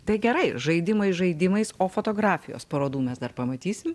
tai gerai žaidimai žaidimais o fotografijos parodų mes dar pamatysim